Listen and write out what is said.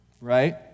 right